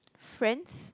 friends